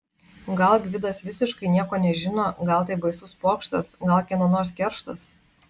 gal gvidas visiškai nieko nežino gal tai baisus pokštas gal kieno nors kerštas